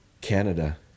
Canada